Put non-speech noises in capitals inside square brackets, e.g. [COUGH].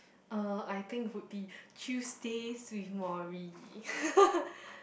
uh I think would be Tuesdays with Morrie [LAUGHS]